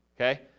okay